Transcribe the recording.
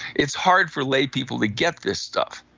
it's hard for laypeople to get this stuff.